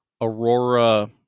Aurora